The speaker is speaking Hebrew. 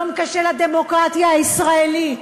יום קשה לדמוקרטיה הישראלית.